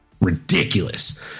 Ridiculous